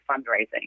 fundraising